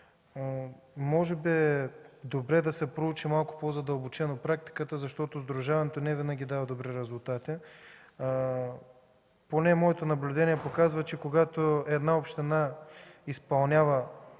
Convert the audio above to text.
може би е добре да се проучи малко по-задълбочено практиката, защото сдружаването невинаги дава добри резултати. Поне моето наблюдение показва, че когато една местна инициативна